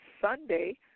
Sunday